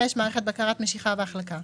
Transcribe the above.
מערכת בקרת משיכה והחלקה".